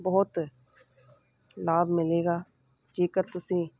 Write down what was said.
ਬਹੁਤ ਲਾਭ ਮਿਲੇਗਾ ਜੇਕਰ ਤੁਸੀਂ